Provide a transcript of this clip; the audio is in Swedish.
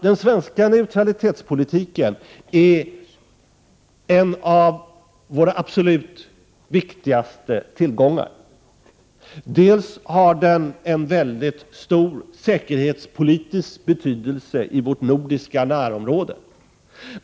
Den svenska neutralitetspolitiken är en av våra absolut viktigaste tillgångar. Den har en mycket stor säkerhetspolitisk betydelse i vårt nordiska närområde.